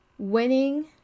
Winning